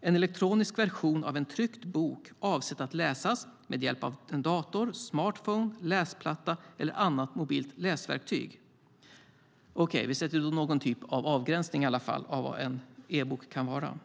en elektronisk version av en tryckt bok avsedd att läsas med hjälp av en dator, smartphone, läsplatta eller annat mobilt läsverktyg. Vi sätter alltså i alla fall någon typ av avgränsning av vad en e-bok kan vara.